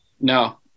No